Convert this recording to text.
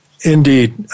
Indeed